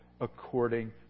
according